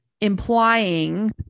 Implying